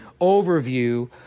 overview